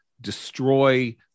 destroy